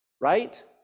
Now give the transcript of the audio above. right